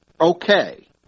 okay